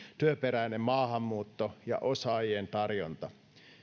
työperäinen maahanmuutto ja osaajien tarjonta